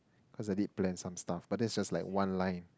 cause I did plan some stuff but that's just like one line